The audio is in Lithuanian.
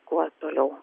kuo toliau